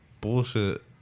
Bullshit